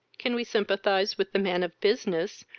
can we sympathize with the man of business,